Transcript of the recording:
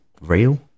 real